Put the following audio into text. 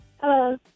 Hello